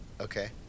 okay